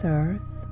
earth